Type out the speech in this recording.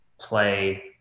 play